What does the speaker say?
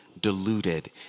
diluted